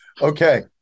Okay